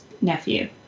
nephew